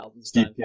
Steve